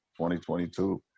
2022